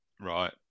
right